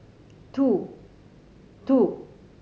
two two